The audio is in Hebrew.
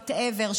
whatever,